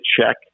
check